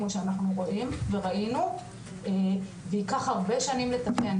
כמו שאנחנו רואים וראינו וייקח הרבה שנים לתקן